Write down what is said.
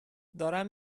دارم